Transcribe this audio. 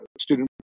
student